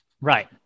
Right